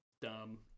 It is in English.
Dumb